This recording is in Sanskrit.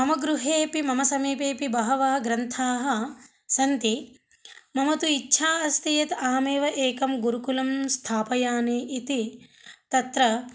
मम गृहेऽपि मम समीपेऽपि बहवः ग्रन्थाः सन्ति मम तु इच्छा अस्ति यत् अहमेव एकं गुरुकुलं स्थापयानि इति तत्र